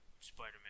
spider-man